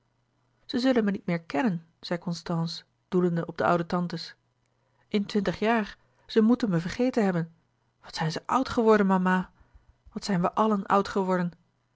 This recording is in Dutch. ze zullen mij niet meer kennen zei constance doelende op de oude tantes in twintig jaar ze moeten me vergeten hebben wat zijn ze oud geworden mama wat zijn we allen oud geworden